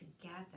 together